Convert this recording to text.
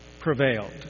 prevailed